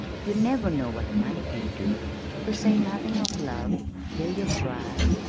you never know what money can do to say nothing of love till you try.